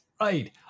right